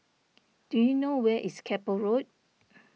do you know where is Keppel Road